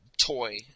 toy